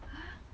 !huh!